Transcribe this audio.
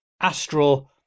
Astro